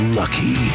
lucky